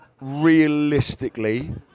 realistically